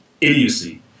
idiocy